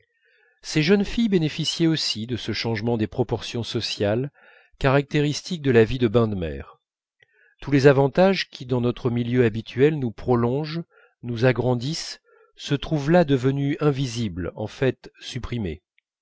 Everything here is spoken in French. ces jeunes filles bénéficiaient aussi de ce changement des proportions sociales caractéristiques de la vie des bains de mer tous les avantages qui dans notre milieu habituel nous prolongent nous agrandissent se trouvent là devenus invisibles en fait supprimés